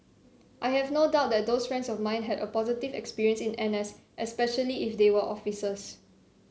I have no doubt that those friends of mine had a positive experience in N S especially if they were officers